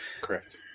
Correct